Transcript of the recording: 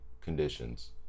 conditions